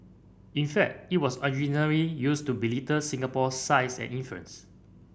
in fact it was used to belittle Singapore's size and influence